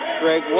Greg